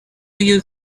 you